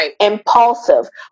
impulsive